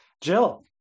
Jill